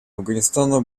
афганистана